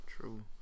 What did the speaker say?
True